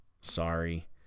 Sorry